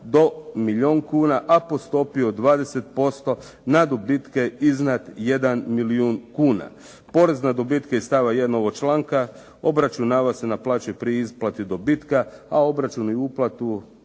do milijun kuna, a po stopi od 20% na dobitke iznad 1 milijun kuna. Porez na dobitke iz stava …/Govornik se ne razumije./… ovog članka obračunava se na plaći pri isplati dobitka, a obračun i uplatu